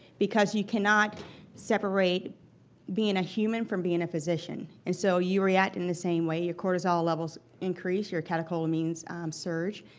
because you cannot separate being a human from being a physician. and so you react in the same way. your cortisol levels increase. your catecholamines surge.